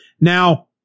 Now